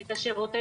את שירותי